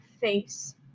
face